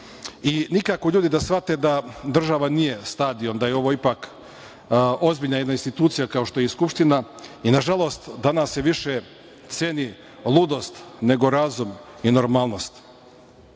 i nikako ljudi da shvate da država nije stadion, da je ovo ipak ozbiljna jedna institucija, kao što je i Skupština. Nažalost, danas se više ceni ludost nego razum i normalnost. Mi